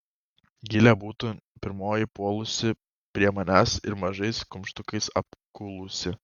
gilė būtų pirmoji puolusi prie manęs ir mažais kumštukais apkūlusi